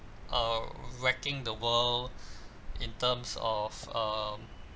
uh wrecking the world in terms of um